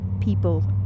people